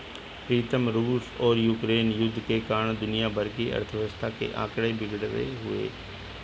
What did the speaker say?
प्रीतम रूस और यूक्रेन युद्ध के कारण दुनिया भर की अर्थव्यवस्था के आंकड़े बिगड़े हुए